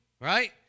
Right